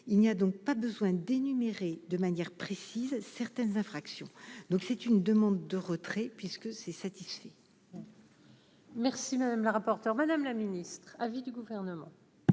il n'y a donc pas besoin d'énumérer de manière précise certaines infractions, donc c'est une demande de retrait puisque ces satisfait. Merci madame la rapporteure, Madame la Ministre à vie du gouvernement.